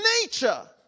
nature